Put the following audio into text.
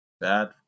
bad